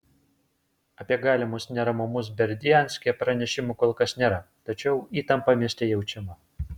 apie galimus neramumus berdianske pranešimų kol kas nėra tačiau įtampa mieste jaučiama